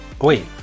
wait